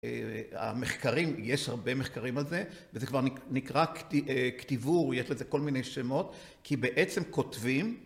המחקרים, יש הרבה מחקרים על זה, וזה כבר נקרא כתיבור, ויש לזה כל מיני שמות, כי בעצם כותבים